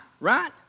Right